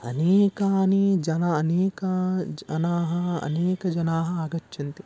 अनेकाः जनाः नैकाः जनाः अनेकजनाः आगच्छन्ति